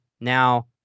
Now